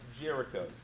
Jericho